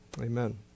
Amen